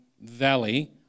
valley